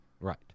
right